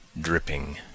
dripping